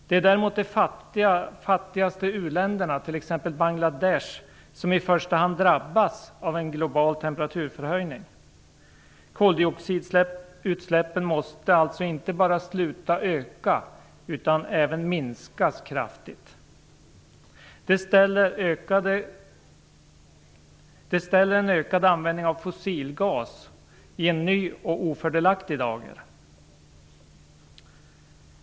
Det är däremot de fattigaste u-länderna, t.ex. Bangladesh, som i första hand drabbas av en global temperaturförhöjning. Koldioxidutsläppen måste alltså inte bara sluta öka utan även minskas kraftigt. Det ställer en ökad användning av fossilgas i en ny och ofördelaktig dager.